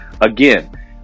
Again